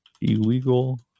illegal